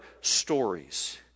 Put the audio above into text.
stories